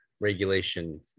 regulation